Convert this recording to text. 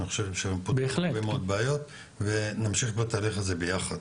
אני חושב שהם פותרים הרבה מאוד בעיות ונמשיך בתהליך הזה ביחד.